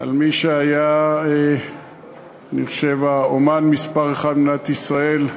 על מי שהיה, אני חושב, אמן מספר אחת במדינת ישראל,